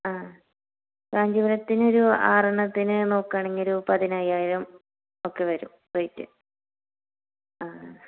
ആ കാഞ്ചിപുരത്തിനൊരു ആറെണ്ണത്തിന് നോക്കുവാണെങ്കിൽ ഒരു പതിനയ്യായിരം ഒക്കെ വരും റേറ്റ് ആ